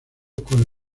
con